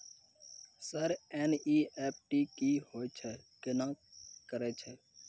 Sir NEFT की होय छै, केना करे छै?